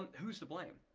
who's to blame?